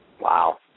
Wow